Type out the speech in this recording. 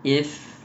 if